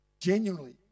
Genuinely